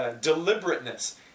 Deliberateness